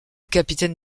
capitaine